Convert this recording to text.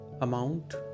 amount